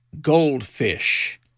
goldfish